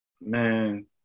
Man